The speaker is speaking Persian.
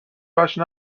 وجه